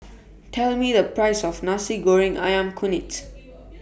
Tell Me The Price of Nasi Goreng Ayam Kunyit